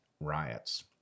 riots